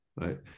right